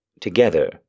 Together